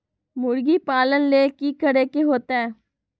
मुर्गी पालन ले कि करे के होतै?